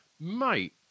mate